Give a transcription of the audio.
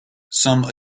some